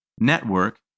network